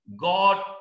God